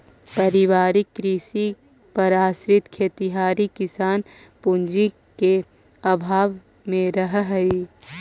पारिवारिक कृषि पर आश्रित खेतिहर किसान पूँजी के अभाव में रहऽ हइ